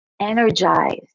energized